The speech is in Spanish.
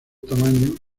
tamaño